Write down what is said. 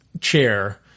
chair